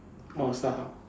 orh start-up